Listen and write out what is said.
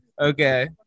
Okay